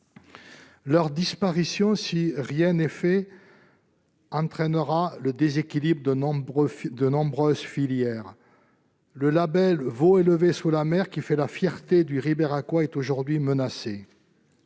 leur disparition entraînera le déséquilibre de nombreuses filières. Le label « veau élevé sous la mère », qui fait la fierté du Ribéracois, est aujourd'hui menacé.